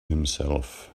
himself